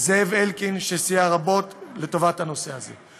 זאב אלקין, שסייע רבות לטובת הנושא הזה.